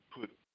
put